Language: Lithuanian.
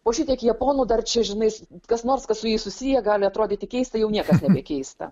po šitiek japonų dar čia žinai kas nors kas su jais susiję gali atrodyti keista jau niekas nepakeista